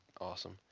awesome